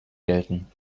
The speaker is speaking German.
gelten